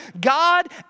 God